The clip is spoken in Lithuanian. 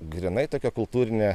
grynai tokia kultūrinė